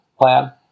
plan